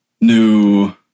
new